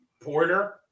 Porter